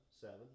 Seven